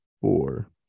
four